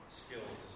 skills